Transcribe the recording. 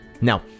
Now